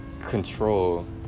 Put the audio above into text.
Control